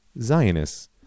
Zionists